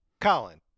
Colin